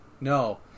No